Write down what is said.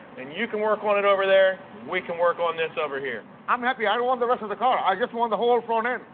and you can work on it over there, and we can work on this over here. i'm happy. i don't want the rest of the car. i just want the whole front end.